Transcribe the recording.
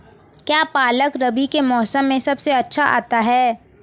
क्या पालक रबी के मौसम में सबसे अच्छा आता है?